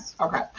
Okay